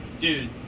dude